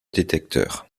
détecteurs